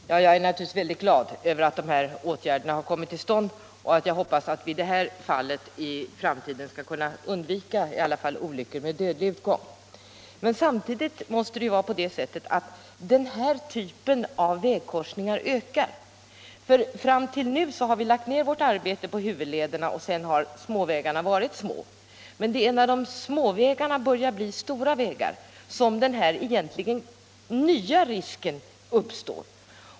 Herr talman! Jag är naturligtvis väldigt glad över de åtgärder som kommit till stånd, och jag hoppas att vi i det här fallet i framtiden skall kunna undvika olyckor med dödlig utgång. Samtidigt måste det vara på det sättet att den här typen av vägkorsningar ökar i antal. Fram till nu har vi lagt ner vårt arbete på huvudlederna, och småvägarna har fått vara små. Det är när småvägarna börjar bli stora vägar som den här, egentligen nya, risken uppstår.